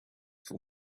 for